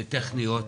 וטכניות.